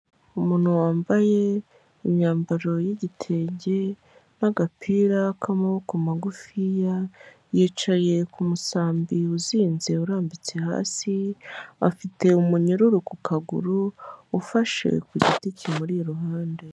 Umuntu wambaye imyambaro y'igitenge n'agapira k'amaboko magufiya, yicaye ku musambi uzinze, urambitse hasi afite umunyururu ku kaguru ufashe ku giti ki buri iruhande.